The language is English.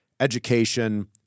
education